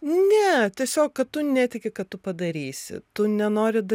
ne tiesiog kad tu netiki kad tu padarysi tu nenori dal